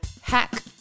hack